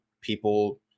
People